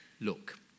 Look